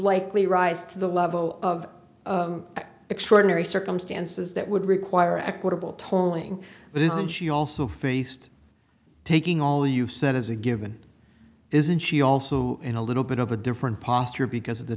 likely rise to the level of extraordinary circumstances that would require equitable tolling but isn't she also faced taking all you've said as a given isn't she also in a little bit of a different posture because of the